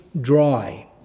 dry